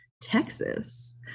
Texas